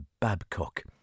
Babcock